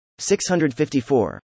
654